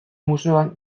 museoan